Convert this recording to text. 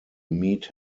meet